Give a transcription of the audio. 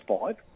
five